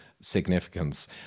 significance